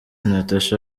natacha